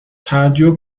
تعجب